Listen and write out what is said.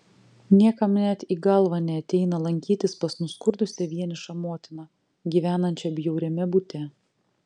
niekam net į galvą neateina lankytis pas nuskurdusią vienišą motiną gyvenančią bjauriame bute